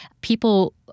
People